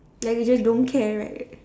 like you just don't care right